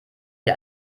die